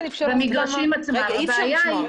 אי אפשר לשמוע.